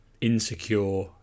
insecure